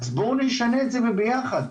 בואו נשנה את זה, וביחד.